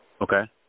Okay